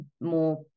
more